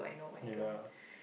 ya